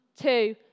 two